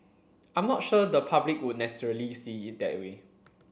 I'm not sure the public would necessarily see it that way